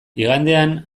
igandean